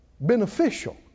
beneficial